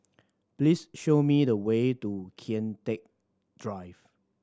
please show me the way to Kian Teck Drive